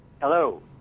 Hello